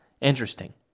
Interesting